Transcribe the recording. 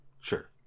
sure